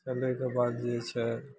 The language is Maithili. चलैके बाद जे छै